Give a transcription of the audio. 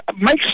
Make